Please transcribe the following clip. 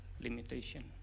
limitation